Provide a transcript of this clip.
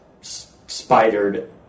spidered